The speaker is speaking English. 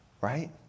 right